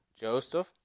Joseph